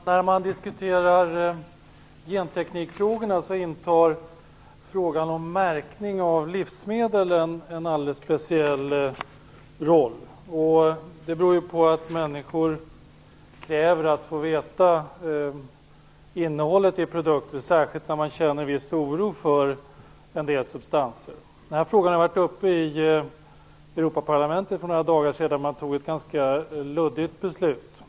Herr talman! När man diskuterar genteknikfrågorna intar frågan om märkning av livsmedel en alldeles speciell roll. Det beror på att människor kräver att få veta innehållet i produkter, särskilt när de känner viss oro för en del substanser. Frågan var uppe i Europaparlamentet för några dagar sedan. Man fattade ett ganska luddigt beslut.